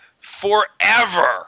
forever